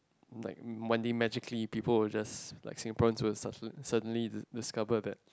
like one day magically people will just like Singaporeans will suddenly suddenly discover that